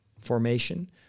formation